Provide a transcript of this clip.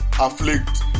afflict